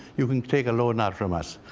you can take a loan out from us.